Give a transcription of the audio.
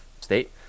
state